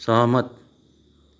सहमत